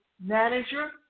manager